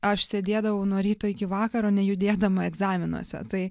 aš sėdėdavau nuo ryto iki vakaro nejudėdama egzaminuose tai